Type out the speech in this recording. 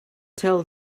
tell